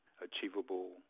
achievable